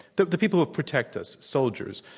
the the people who protect us, soldiers.